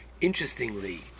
Interestingly